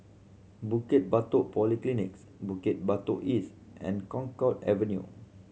Bukit Batok Polyclinics Bukit Batok East and Connaught Avenue